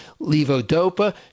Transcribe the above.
levodopa